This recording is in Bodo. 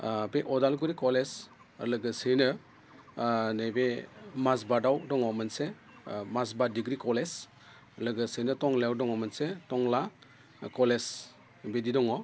बे अदालगुरि कलेज लोगोसेयैनो नैबे माजबातआव दङ मोनसे माजबात डिग्रि कलेज लोगोसेनो टंलायाव दङ मोनसे टंला कलेज बिदि दङ